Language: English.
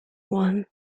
one